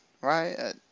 Right